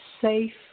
safe